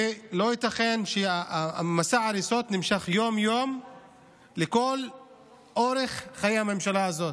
ולא ייתכן שמסע ההריסות נמשך יום-יום לכל אורך חיי הממשלה הזאת.